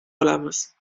olemas